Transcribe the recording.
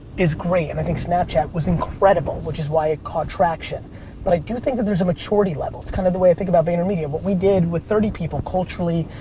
is great. and i think snapchat was incredible which is why it caught traction but i do think there's a maturity level. it's kind of the way think about vaynermedia. what we did with thirty people culturally,